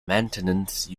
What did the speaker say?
maintenance